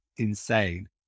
insane